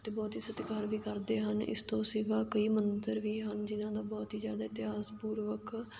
ਅਤੇ ਬਹੁਤ ਹੀ ਸਤਿਕਾਰ ਵੀ ਕਰਦੇ ਹਨ ਇਸ ਤੋਂ ਸਿਵਾ ਕਈ ਮੰਦਰ ਵੀ ਹਨ ਜਿਨ੍ਹਾਂ ਦਾ ਬਹੁਤ ਹੀ ਜ਼ਿਆਦਾ ਇਤਿਹਾਸ ਪੂਰਵਕ